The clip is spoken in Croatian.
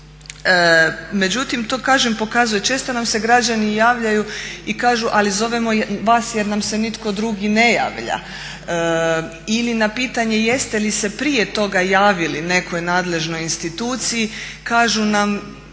Međutim to kažem pokazuje, često nam se građani javljaju i kažu ali zovemo vas jer nam se nitko drugi ne javlja. Ili na pitanje jeste li se prije toga javili nekoj nadležnoj instituciji kažu nam